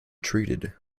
treated